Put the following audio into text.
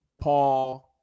Paul